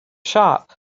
shop